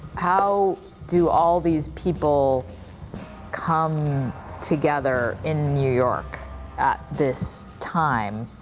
how do all of these people come together in new york at this time?